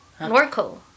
Norco